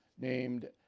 named